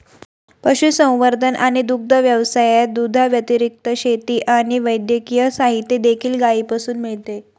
पशुसंवर्धन आणि दुग्ध व्यवसायात, दुधाव्यतिरिक्त, शेती आणि वैद्यकीय साहित्य देखील गायीपासून मिळते